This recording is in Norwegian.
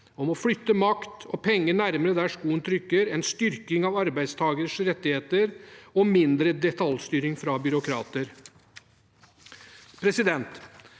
om å flytte makt og penger nærmere der skoen trykker, en styrking av arbeidstakernes rettigheter og mindre detaljstyring fra byråkrater.